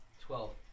twelve